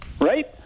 right